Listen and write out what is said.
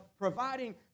providing